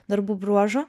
darbų bruožų